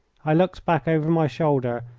i looked back over my shoulder,